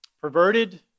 perverted